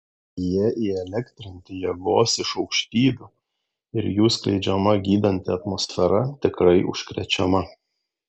jie įelektrinti jėgos iš aukštybių ir jų skleidžiama gydanti atmosfera tikrai užkrečiama